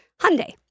Hyundai